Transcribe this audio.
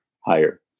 higher